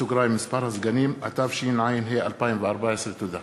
(מספר הסגנים), התשע"ה 2014. תודה.